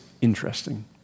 interesting